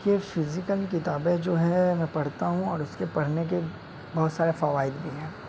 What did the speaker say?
یہ فزیکل کتابیں میں جو ہیں میں پڑھتا ہوں اور اس کے پڑھنے کے بہت سارے فوائد بھی ہیں